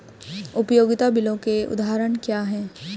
उपयोगिता बिलों के उदाहरण क्या हैं?